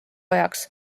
ajaks